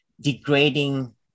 degrading